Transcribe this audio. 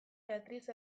beatriz